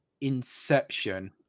Inception